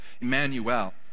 Emmanuel